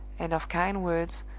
and of kind words,